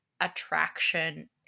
attraction